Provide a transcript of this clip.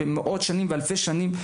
בני מאות ואלפי שנים,